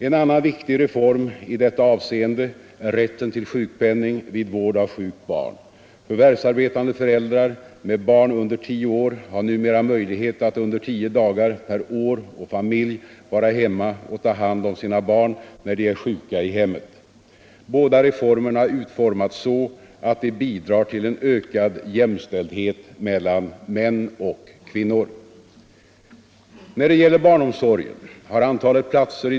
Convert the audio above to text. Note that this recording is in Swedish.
En annan viktig reform i detta avseende är rätten till sjukpenning vid vård av sjukt barn. Förvärvsarbetande föräldrar med barn under 10 år har numera möjlighet att under tio dagar per år och familj vara hemma och ta hand om sina barn när de är sjuka i hemmet. Båda reformerna har utformats så att de bidrar till en ökad jämställdhet mellan män och kvinnor.